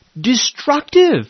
destructive